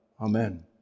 Amen